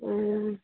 हूँ